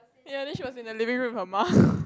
ya then she was in the living room with her mum